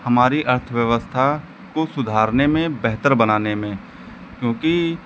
हमारी अर्थव्यवस्था को सुधारने में बेहतर बनाने में क्योंकि